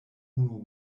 unu